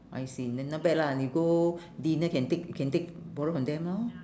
I see then not bad lah you go dinner can take can take borrow from them lor